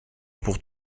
pour